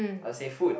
I'll say food